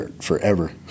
forever